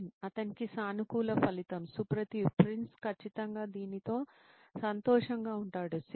నితిన్ అతనికి సానుకూల ఫలితం సుప్రతీవ్ ప్రిన్స్ ఖచ్చితంగా దీనితో సంతోషంగా ఉంటాడు